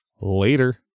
later